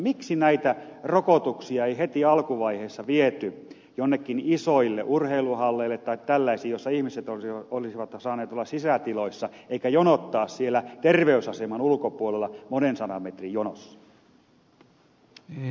miksi näitä rokotuksia ei heti alkuvaiheessa viety jonnekin isoille urheiluhalleille tai tällaisiin niin että ihmiset olisivat saaneet olla sisätiloissa eikä olisi tarvinnut jonottaa siellä terveysaseman ulkopuolella monen sadan metrin jonossa